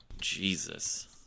Jesus